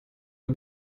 der